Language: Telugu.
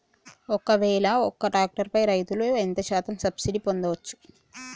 ఒక్కవేల ఒక్క ట్రాక్టర్ పై రైతులు ఎంత శాతం సబ్సిడీ పొందచ్చు?